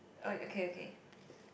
oh okay okay